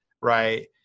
Right